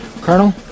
colonel